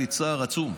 היה לי צער עצום.